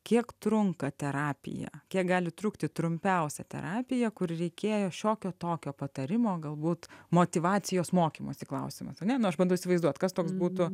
kiek trunka terapija kiek gali trukti trumpiausia terapija kur reikėjo šiokio tokio patarimo galbūt motyvacijos mokymosi klausimas ar ne nu aš bandau įsivaizduot kas toks būtų